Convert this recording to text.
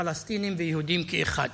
פלסטינים ויהודים כאחד.